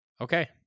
Okay